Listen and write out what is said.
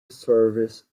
service